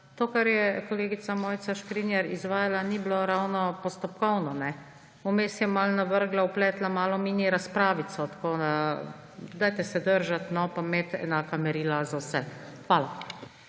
To, kar je kolegica Mojca Škrinjar izvajala, ni bilo ravno postopkovno. Vmes je malo navrgla, vpletla malo mini razpravico. Dajte se držati in imeti enaka merila za vse. Hvala.